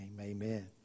Amen